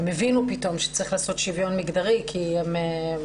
הם הבינו פתאום שצריך לעשות שוויון מגדרי כי אחרי